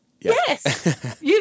Yes